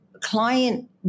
client